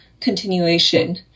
continuation